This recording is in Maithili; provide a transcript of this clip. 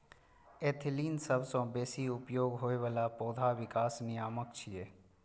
एथिलीन सबसं बेसी उपयोग होइ बला पौधा विकास नियामक छियै